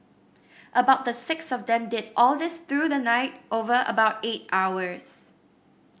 about the six of them did all this through the night over about eight hours